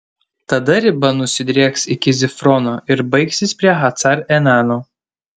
tada riba nusidrieks iki zifrono ir baigsis prie hacar enano